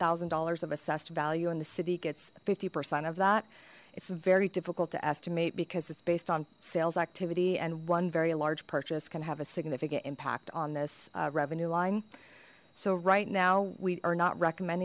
thousand dollars of assessed value and the city gets fifty percent of that it's very difficult to estimate because it's based on sales activity and one very large purchase can have a significant impact on this revenue line so right now we are not recommend